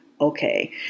okay